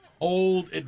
old